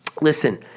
listen